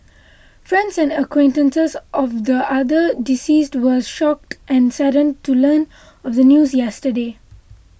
friends and acquaintances of the other deceased were shocked and saddened to learn of the news yesterday